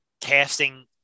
casting